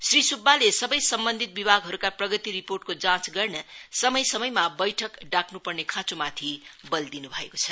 श्री सुब्बाले सबै सम्बन्धित विभागहरूका प्रगति रिपोर्टको जाँच गर्न समय समयमा बैठक डाक्न पर्ने खाँचोमाति बल दिनु भएको छ